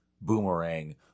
Boomerang